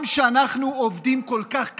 גם כשאנחנו עובדים כל כך קשה,